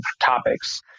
topics